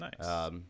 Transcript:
Nice